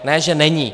Ne že není!